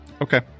Okay